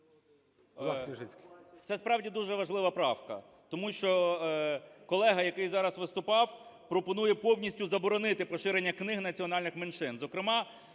Це, справді, дуже важлива правка, тому що колега, який зараз виступав, пропонує повністю заборонити поширення книг національних меншин.